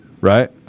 Right